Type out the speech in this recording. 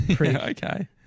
Okay